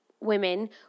women